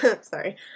sorry